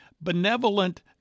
benevolent